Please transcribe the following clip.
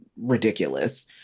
ridiculous